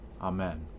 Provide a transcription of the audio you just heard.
Amen